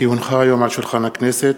כי הונחה היום על שולחן הכנסת,